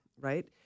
right